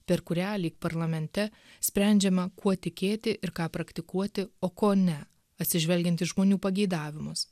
per kurią lyg parlamente sprendžiama kuo tikėti ir ką praktikuoti o ko ne atsižvelgiant į žmonių pageidavimus